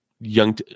young